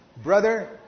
Brother